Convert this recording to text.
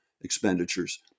expenditures